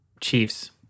chiefs